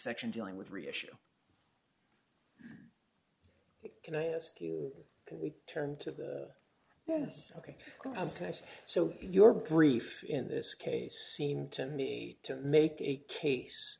section dealing with three issue can i ask you can we turn to the yes ok as i say so your brief in this case seemed to me to make d a case